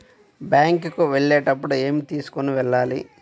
Bank కు వెళ్ళేటప్పుడు ఏమి తీసుకొని వెళ్ళాలి?